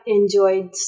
enjoyed